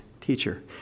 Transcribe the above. teacher